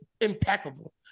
impeccable